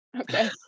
okay